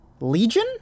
Legion